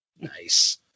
Nice